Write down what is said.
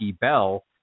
Bell